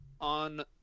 on